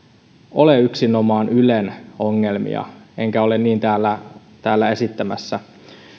ole yksinomaan ylen ongelmia enkä ole niin täällä täällä esittämässä